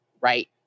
right